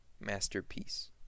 Masterpiece